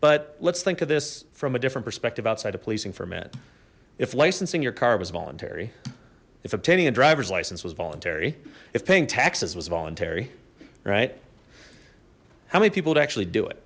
but let's think of this from a different perspective outside of policing ferment if licensing your car was voluntary if obtaining a driver's license was voluntary if paying taxes was voluntary right how many people would actually do it